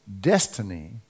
destiny